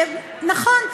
נכון,